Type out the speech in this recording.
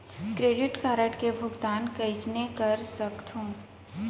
Credit card के भुगतान कईसने कर सकथो?